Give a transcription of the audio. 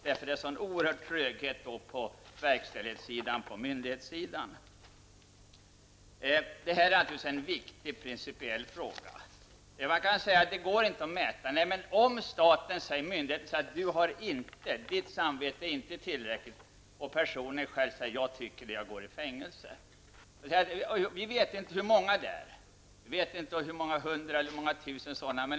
Det är alltså en oerhörd tröghet i verkställigheten på myndighetssidan. Det här är naturligtvis en viktig principiell fråga. Man kan säga att det inte går att mäta någons samvete. Myndigheten kan säga: Dina samvetsskäl är inte tillräckliga. Personen själv säger: Jag tycker det, och jag går i fängelse. Vi vet inte hur många tusen eller hur många hundra det är.